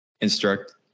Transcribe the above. instruct